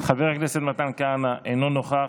חבר הכנסת מתן כהנא, אינו נוכח,